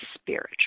spiritual